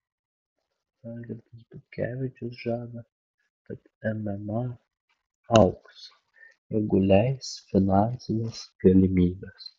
algirdas butkevičius žada kad mma augs jeigu leis finansinės galimybės